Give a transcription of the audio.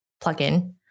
plugin